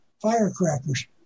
firecrackers